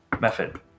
method